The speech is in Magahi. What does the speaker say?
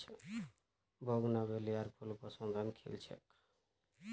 बोगनवेलियार फूल बसंतत खिल छेक